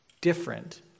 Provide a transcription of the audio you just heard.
different